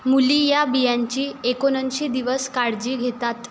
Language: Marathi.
मुली या बियांची एकोणऐंशी दिवस काळजी घेतात